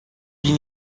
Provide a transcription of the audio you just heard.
wie